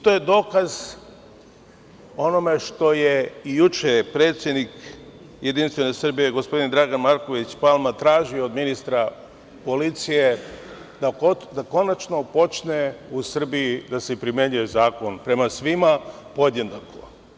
To je dokaz onome što je i juče predsednik JS gospodin Dragan Marković Palma tražio od ministra policije, da konačno počne u Srbiji da se primenjuje zakon prema svima podjednako.